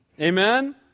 amen